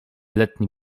letni